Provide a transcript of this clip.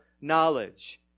knowledge